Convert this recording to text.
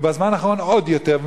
ובזמן האחרון עוד יותר,